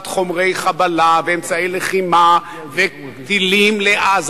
חומרי חבלה ואמצעי לחימה וטילים לעזה.